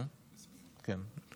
נא לסכם.